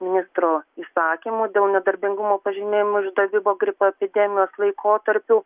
ministro įsakymo dėl nedarbingumo pažymėjimų išdavimo gripo epidemijos laikotarpiu